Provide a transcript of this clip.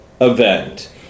event